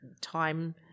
time